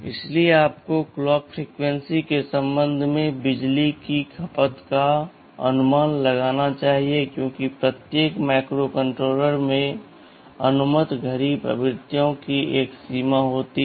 इसलिए आपको clock frequency के संबंध में बिजली की खपत का अनुमान लगाना चाहिए क्योंकि प्रत्येक माइक्रोकंट्रोलर में अनुमत घड़ी आवृत्तियों की एक सीमा होती है